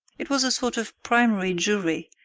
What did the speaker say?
it was a sort of primary jury,